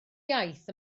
iaith